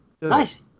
Nice